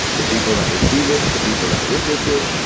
the people that receive it, the people that witness it.